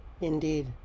indeed